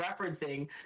referencing